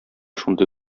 шундый